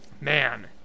Man